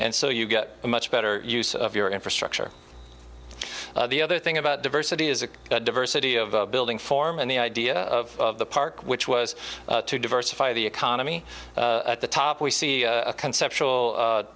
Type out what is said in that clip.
and so you get a much better use of your infrastructure the other thing about diversity is a diversity of building form and the idea of the park which was to diversify the economy at the top we see a conceptual